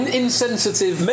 insensitive